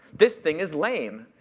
this thing is lame.